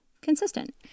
consistent